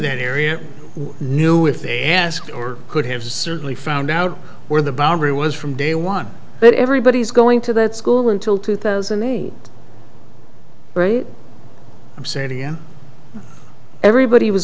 that area knew if they asked or could have certainly found out where the boundary was from day one but everybody's going to that school until two thousand and sadia everybody was